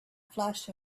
flash